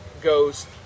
goes